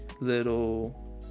little